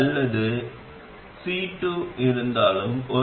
இந்த பகுதியில் உங்களுக்கு RD இங்கே C 2 மற்றும் பின்னர் RL உள்ளது